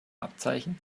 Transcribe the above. abzeichen